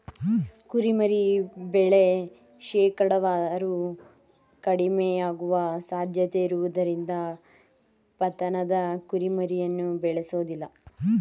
ಕುರಿಮರಿ ಬೆಳೆ ಶೇಕಡಾವಾರು ಕಡಿಮೆಯಾಗುವ ಸಾಧ್ಯತೆಯಿರುವುದರಿಂದ ಪತನದ ಕುರಿಮರಿಯನ್ನು ಬೇಳೆಸೋದಿಲ್ಲ